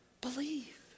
Believe